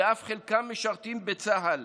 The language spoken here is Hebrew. וחלקם אף משרתים בצה"ל,